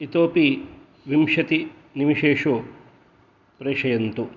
इतोपि विंशति निमेषेषु प्रेषयन्तु